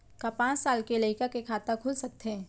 का पाँच साल के लइका के खाता खुल सकथे?